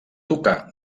tocar